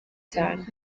cyane